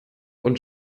und